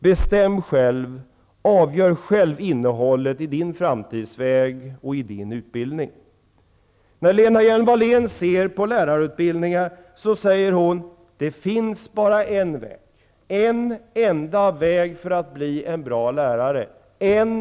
Jag råder dem att själva bestämma innehållet i deras framtidsväg och i deras utbildning. Enligt Lena Hjelm-Walléns uppfattning när det gäller lärarutbildningar finns det bara en enda väg som leder till att bli en bra lärare -- säger.